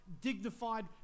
dignified